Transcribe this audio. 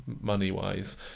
money-wise